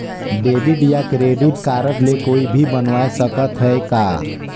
Debit या credit card के कोई भी बनवाय सकत है का?